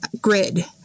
grid